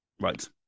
Right